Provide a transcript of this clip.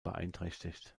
beeinträchtigt